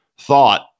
thought